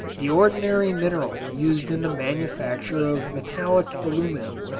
the ordinary mineral used in the manufacture of metallic aluminum,